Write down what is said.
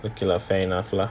okay lah fair enough lah